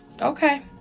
okay